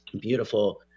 beautiful